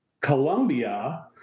Colombia